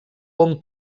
hom